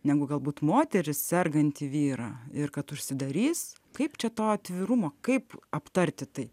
negu galbūt moteris sergantį vyrą ir kad užsidarys kaip čia to atvirumo kaip aptarti tai